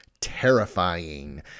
Terrifying